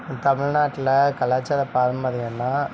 தமிழ்நாட்டில் கலாச்சார பாரம்பரியன்னால்